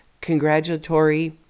congratulatory